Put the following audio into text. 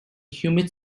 humid